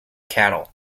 cattle